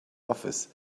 office